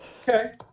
okay